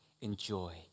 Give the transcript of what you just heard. enjoy